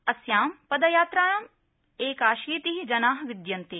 अस्यां पदयात्रायां एकाशीति जना विद्यन्ते